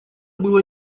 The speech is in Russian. было